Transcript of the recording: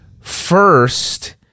First